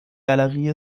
galerie